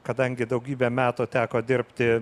kadangi daugybę metų teko dirbti